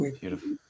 Beautiful